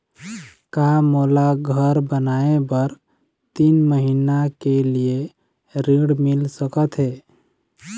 का मोला घर बनाए बर तीन महीना के लिए ऋण मिल सकत हे?